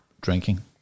drinking